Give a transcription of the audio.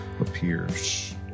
appears